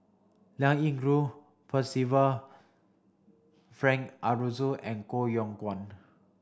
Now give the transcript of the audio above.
Liao Yingru Percival Frank Aroozoo and Koh Yong Guan